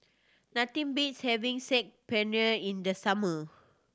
nothing beats having Saag Paneer in the summer